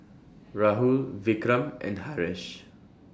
Rahul Vikram and Haresh